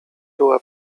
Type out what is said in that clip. była